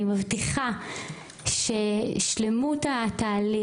ואני מבטיחה ששלמות התהליך,